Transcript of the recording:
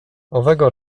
owego